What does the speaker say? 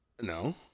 No